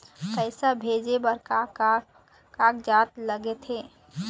पैसा भेजे बार का का कागजात लगथे?